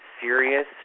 serious